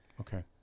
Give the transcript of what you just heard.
Okay